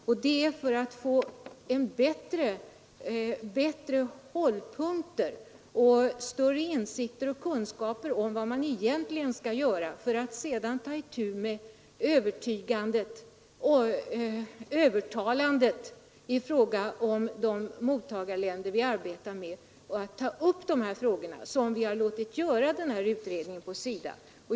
Och det är för att få en bättre utgångspunkt för agerande i de här frågorna som vi har låtit göra den här utredningen på SIDA.